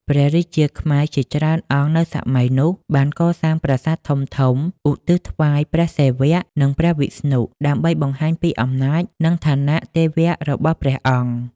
ព្រះរាជាខ្មែរជាច្រើនអង្គនៅសម័យនោះ បានកសាងប្រាសាទធំៗឧទ្ទិសថ្វាយដល់ព្រះសិវៈ និងព្រះវិស្ណុ ដើម្បីបង្ហាញពីអំណាច និងឋានៈទេវៈរបស់ព្រះអង្គ។